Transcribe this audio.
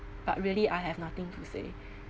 but really I have nothing to say